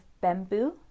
bamboo